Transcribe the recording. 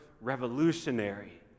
revolutionary